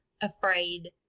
afraid